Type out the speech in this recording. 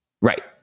right